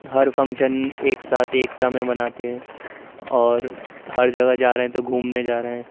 ہر function ایک ساتھ ایکتا میں مناتے ہیں اور ہر جگہ جا رہے ہیں تو گھومنے جا رہے ہیں